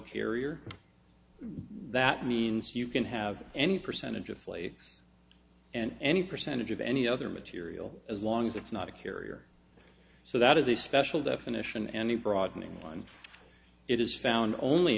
carrier that means you can have any percentage of flea and any percentage of any other material as long as it's not a carrier so that is a special definition and a broadening one it is found only